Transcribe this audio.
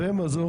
ומזור,